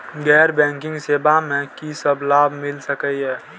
गैर बैंकिंग सेवा मैं कि सब लाभ मिल सकै ये?